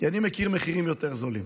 כי אני מכיר מחירים זולים